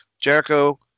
Jericho